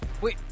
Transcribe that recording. wait